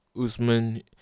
Usman